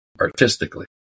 artistically